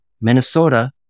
Minnesota